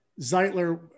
Zeitler